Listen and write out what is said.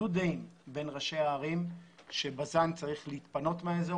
אחדות דעים בין ראשי הערים שבז"ן צריך להתפנות מהאזור